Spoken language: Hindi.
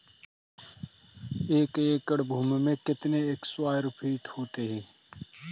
एक एकड़ भूमि में कितने स्क्वायर फिट होते हैं?